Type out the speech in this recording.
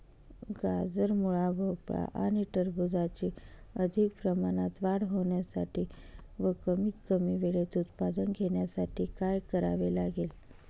गाजर, मुळा, भोपळा आणि टरबूजाची अधिक प्रमाणात वाढ होण्यासाठी व कमीत कमी वेळेत उत्पादन घेण्यासाठी काय करावे लागेल?